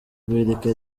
guhirika